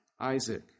Isaac